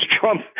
Trump